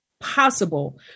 possible